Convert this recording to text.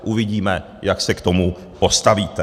Uvidíme, jak se k tomu postavíte.